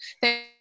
Thank